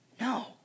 No